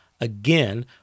Again